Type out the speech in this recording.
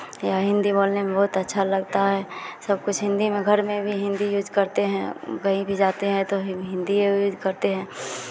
यह हिन्दी बोलने में बहुत अच्छा लगता है सब कुछ हिन्दी में घर में हिन्दी यूज़ करते हैं कहीं भी जाते हैं तो हिन्दीये यूज़ करते हैं